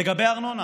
לגבי הארנונה,